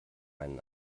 einen